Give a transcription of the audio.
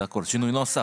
זה שינוי נוסח,